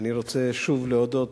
אני רוצה שוב להודות,